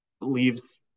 leaves